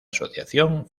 asociación